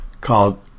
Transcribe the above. called